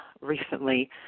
recently